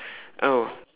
oh